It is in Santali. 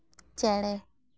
ᱪᱮᱬᱮ